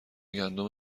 گندم